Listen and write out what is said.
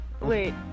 Wait